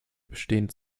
bestehen